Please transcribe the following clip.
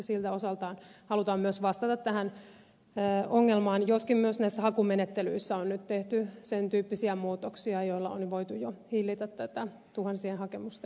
sillä osaltaan halutaan myös vastata tähän ongelmaan joskin myös näissä hakumenettelyissä on nyt tehty sen tyyppisiä muutoksia joilla on voitu jo hillitä tätä tuhansien hakemusten määrää